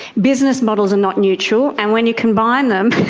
business models are not neutral, and when you combine them,